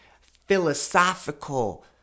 philosophical